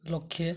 ଲକ୍ଷେ